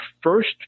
first